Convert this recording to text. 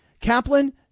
Kaplan